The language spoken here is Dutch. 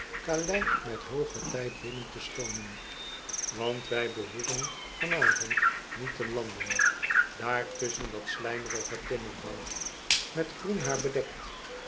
met hoog getij binnen te stoom en want wij behoeven van avond niet te landen daar tusschen dat slijmerige timmerhout met groen haar bedekt